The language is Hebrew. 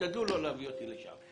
תשתדלו לא להביא אותי לשם.